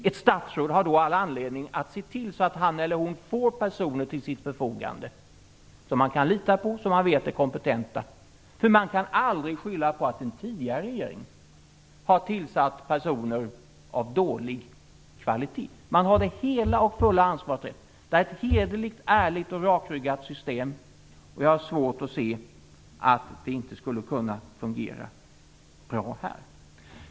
Ett statsråd har då all anledning att se till att han eller hon får personer till sitt förfogande som man kan lita på, som man vet är kompetenta. Man kan aldrig skylla på att den tidigare regeringen har tillsatt personer av dålig kvalitet. Man har det hela och fulla ansvaret. Det är ett hederligt, ärligt och rakryggat system. Jag har svårt att se att det inte skulle kunna fungera bra här.